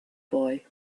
boy